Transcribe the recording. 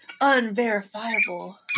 Unverifiable